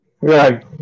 Right